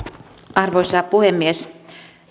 arvoisa puhemies